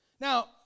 Now